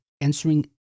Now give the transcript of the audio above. answering